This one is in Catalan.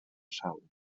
sau